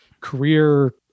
career